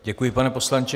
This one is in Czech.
Děkuji, pane poslanče.